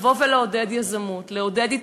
לעודד יזמות,